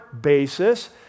basis